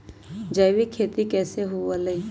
जैविक खेती कैसे हुआ लाई?